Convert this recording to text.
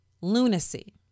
lunacy